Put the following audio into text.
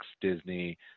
Disney